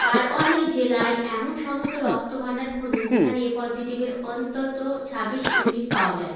বারওয়ানি জেলায় এমন সমস্ত রক্তভাণ্ডার খুঁজুন যেখানে এ পজেটিভের অন্তত ছাব্বিশ ইউনিট পাওয়া যায়